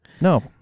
No